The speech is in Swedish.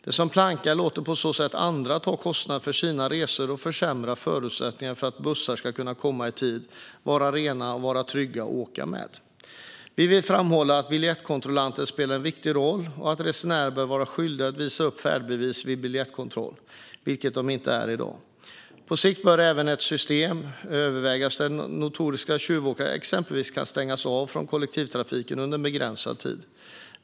Den som plankar låter på så sätt andra ta kostnaden för sina resor och försämrar förutsättningarna för att bussar ska kunna komma i tid och vara rena och trygga att åka med. Vi vill framhålla att biljettkontrollanterna spelar en viktig roll och att resenärer bör vara skyldiga att visa upp färdbevis vid biljettkontroll, vilket de inte är i dag. På sikt bör även ett system övervägas där notoriska tjuvåkare exempelvis kan stängas av från kollektivtrafiken under en begränsad tid.